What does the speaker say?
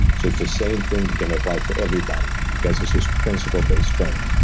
so it's the same thing that can apply for everybody, because this is principle-based training.